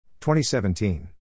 2017